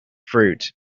fruit